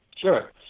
Sure